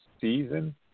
season